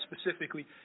specifically